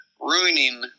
ruining